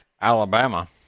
Alabama